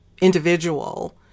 individual